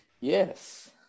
Yes